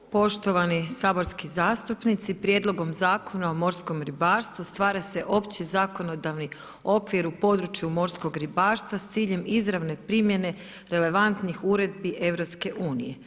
Poštovani saborski zastupnici, prijedlogom Zakona o morskom ribarstvu, stvara se opći zakonodavni okvir u području morskog ribarstva, s ciljem izravne primjedbe relevantnih uredbi EU.